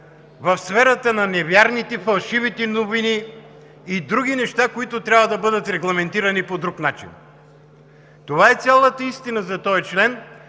в сферата на неверните, фалшивите новини и други неща, които трябва да бъдат регламентирани по друг начин. Това е цялата истина за този член